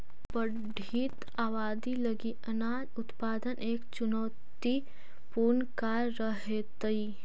बढ़ित आबादी लगी अनाज उत्पादन एक चुनौतीपूर्ण कार्य रहेतइ